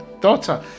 daughter